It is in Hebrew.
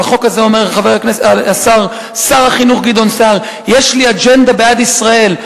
על החוק הזה אומר שר החינוך גדעון סער: יש לי אג'נדה בעד ישראל.